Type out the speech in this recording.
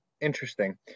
Interesting